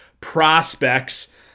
prospects